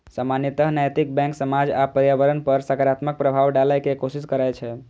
सामान्यतः नैतिक बैंक समाज आ पर्यावरण पर सकारात्मक प्रभाव डालै के कोशिश करै छै